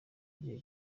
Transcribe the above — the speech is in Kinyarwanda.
gihe